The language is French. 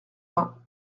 vingt